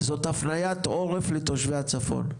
זאת הפניית עורף לתושבי הצפון.